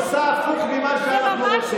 תירגעו.